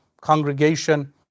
congregation